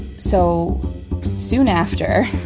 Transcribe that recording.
so soon after,